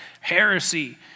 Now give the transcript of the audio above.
heresy